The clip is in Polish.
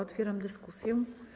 Otwieram dyskusję.